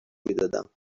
میدادم